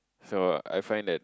so I find that